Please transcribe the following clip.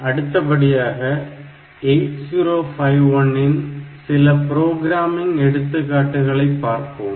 அடுத்தபடியாக 8051 இன் சில புரோகிராமிங் எடுத்துக்காட்டுகளைப் பார்ப்போம்